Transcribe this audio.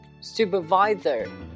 Supervisor